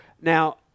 Now